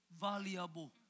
valuable